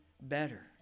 better